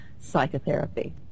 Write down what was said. psychotherapy